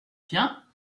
tiens